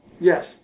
Yes